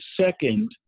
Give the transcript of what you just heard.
second